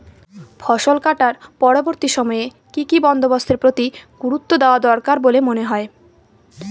ফসলকাটার পরবর্তী সময়ে কি কি বন্দোবস্তের প্রতি গুরুত্ব দেওয়া দরকার বলে মনে হয়?